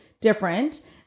different